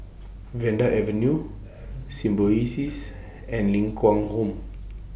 Vanda Avenue Symbiosis and Ling Kwang Home